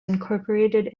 incorporated